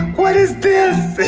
what is this?